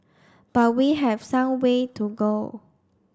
but we have some way to go